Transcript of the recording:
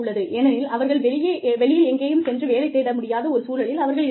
ஏனெனில் அவர்கள் வெளியில் எங்கேயும் சென்று வேலை தேட முடியாத ஒரு சூழலில் அவர்கள் இருக்கலாம்